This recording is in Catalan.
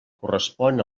correspon